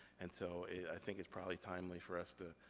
and so i think it's probably timely for us to